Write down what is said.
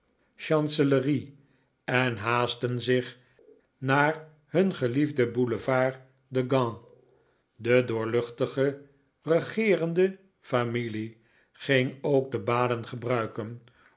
en haastten zich naar hun geliefde boulevard de gand de doorluchtige regeerende familie ging ook de baden gebruiken